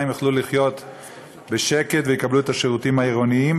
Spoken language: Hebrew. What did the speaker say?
יוכלו לחיות בשקט ויקבלו את השירותים העירוניים,